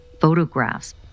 photographs